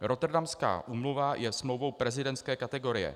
Rotterdamská úmluva je smlouvou prezidentské kategorie.